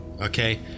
okay